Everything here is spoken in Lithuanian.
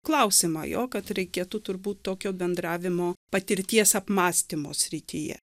klausimą jo kad reikėtų turbūt tokio bendravimo patirties apmąstymo srityje